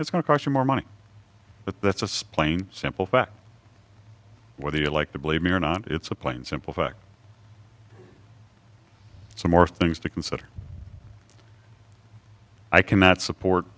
it's going to cost you more money but that's a splaying simple fact whether you like the believe me or not it's a plain simple fact some more things to consider i cannot support